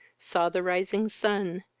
saw the rising sun,